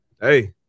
hey